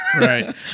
Right